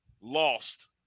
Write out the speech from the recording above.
lost